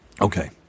Okay